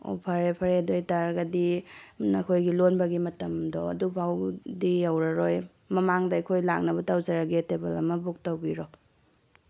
ꯑꯣ ꯐꯔꯦ ꯐꯔꯦ ꯑꯗꯨ ꯑꯣꯏꯇꯥꯔꯒꯗꯤ ꯅꯈꯣꯏꯒꯤ ꯂꯣꯟꯕꯒꯤ ꯃꯇꯝꯗꯣ ꯑꯗꯨ ꯐꯥꯎꯗꯤ ꯌꯧꯔꯔꯣꯏ ꯃꯃꯥꯡꯗ ꯑꯩꯈꯣꯏ ꯂꯥꯛꯅꯕ ꯇꯧꯖꯔꯒꯦ ꯇꯦꯕꯜ ꯑꯃ ꯕꯨꯛ ꯇꯧꯕꯤꯔꯣ